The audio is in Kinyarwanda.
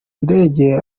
ndege